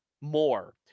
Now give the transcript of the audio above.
more